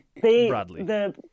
broadly